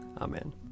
Amen